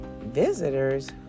visitors